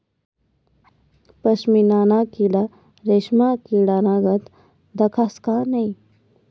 पशमीना ना किडा रेशमना किडानीगत दखास का नै